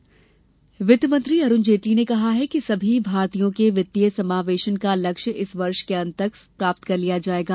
जेटली वित्तमंत्री अरुण जेटली ने कहा है कि सभी भारतीयों के वित्तीय समावेशन का लक्ष्य इस वर्ष के अंत तक प्राप्त कर लिया जाएगा